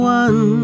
one